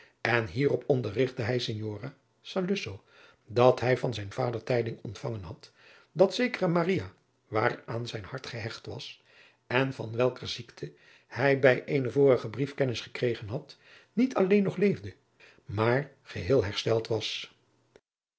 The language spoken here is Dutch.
en hierop onderrigtte hij signora saluzzo dat hij van zijn vader tijding ontvangen had dat zekere maria waaraan zijn hart gehecht was en van welker ziekte hij bij eenen vorigen brief kennis gekregen had niet alleen nog leefde maar geheel hersteld was